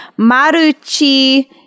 Maruchi